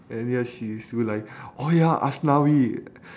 and ya she used to like oh ya aslawi